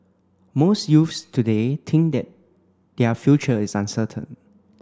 most youths today think that their future is uncertain